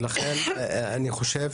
ולכן אני חושב